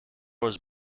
was